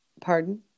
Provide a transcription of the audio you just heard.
pardon